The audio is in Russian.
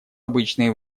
обычные